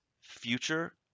future